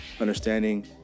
understanding